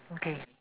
okay